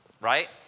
Right